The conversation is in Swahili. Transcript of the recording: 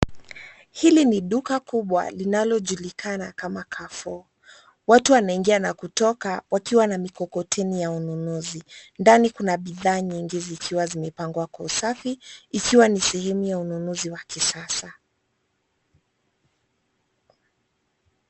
Hili ni duka kubwa linalojulikana kama Carrefour. Watu wanaingia na kutoka wakiwa na mikokoteni ya ununuzi. Ndani kuna bidhaa nyingi zikiwa zimepangwa kwa usafi. Ikiwa ni sehemu ya ununuzi ya kisasa